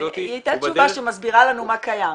היא הייתה תשובה שמסבירה לנו מה קיים.